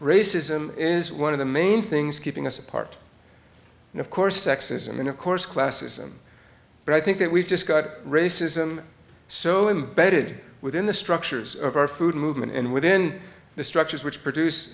racism is one of the main things keeping us apart and of course sexism and of course classism but i think that we've just got racism so imbedded within the structures of our food movement and within the structures which produce